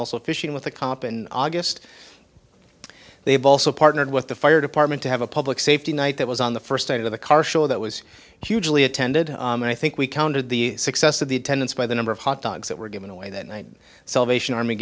also fishing with the cop in august they have also partnered with the fire department to have a public safety night that was on the first day of the car show that was hugely attended and i think we counted the success of the attendance by the number of hot dogs that were given away that night and salvation army